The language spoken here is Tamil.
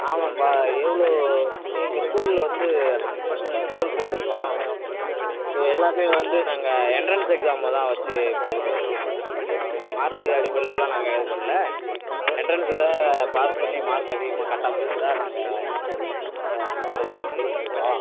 ஆமாம்ப்பா எவ்வளோ எங்கள் ஸ்கூலில் வந்து ஹண்ட்ரட் பர்சன்டேஜ் ரிசல்ட் கொடுத்துருக்கோம் ஸோ எல்லாருமே வந்து நாங்கள் எண்ட்ரன்ஸ் எக்ஸாமு தான் வச்சு இப்போ இது பண்ணுது மார்க்கு அடிப்படையிலலாம் நாங்கள் இது பண்ணல எண்ட்ரான்ஸுல பாஸ் பண்ணி மார்க் அதிகமாக கட்டாஃப் வச்சுதான் நாங்கள் இப்போ அட்மிஷன் போட்டுட்ருக்கோம்